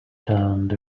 turned